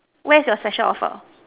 where is your special offer